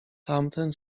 tamten